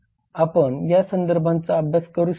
आपण या संदर्भांचा अभ्यास करू शकतात